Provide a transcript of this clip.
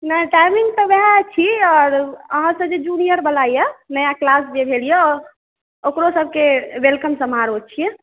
नहि टाइमिंग तऽ वएहा छी और अहाँ सँ जे जूनियर वला यऽ नया क्लास जे भेल यऽ ओकरो सबकेँ वेलकम समारोह छियै